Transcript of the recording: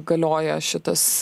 galioja šitas